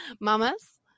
Mamas